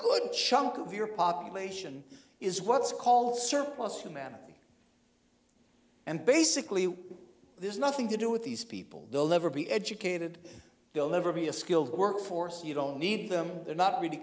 good chunk of your population is what's called surplus humanity and basically there's nothing to do with these people they'll never be educated they'll never be a skilled workforce you don't need them they're not really